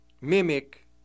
mimic